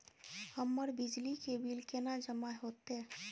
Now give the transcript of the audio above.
हमर बिजली के बिल केना जमा होते?